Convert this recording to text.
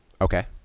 Okay